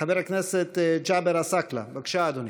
חבר הכנסת ג'אבר עסאקלה, בבקשה, אדוני.